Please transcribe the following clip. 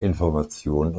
informationen